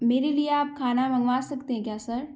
मेरे लिए आप खाना मँगवा सकते हैं क्या सर